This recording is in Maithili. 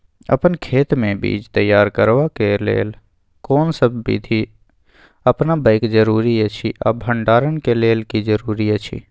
अपन खेत मे बीज तैयार करबाक के लेल कोनसब बीधी अपनाबैक जरूरी अछि आ भंडारण के लेल की जरूरी अछि?